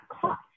cost